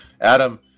Adam